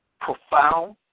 profound